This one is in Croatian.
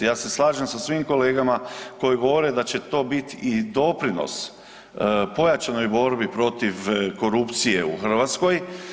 Ja se slažem sa svim kolegama koji govore da će to biti i doprinos pojačanoj borbi protiv korupcije u Hrvatskoj.